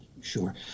Sure